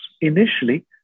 initially